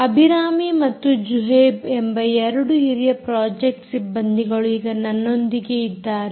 ಅಭಿರಾಮಿ ಮತ್ತು ಜುಹೈಬ್ ಎಂಬ ಎರಡು ಹಿರಿಯ ಪ್ರಾಜೆಕ್ಟ್ ಸಿಬ್ಬಂದಿಯರು ಈಗ ನನ್ನೊಂದಿಗೆ ಇದ್ದಾರೆ